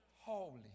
holy